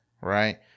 right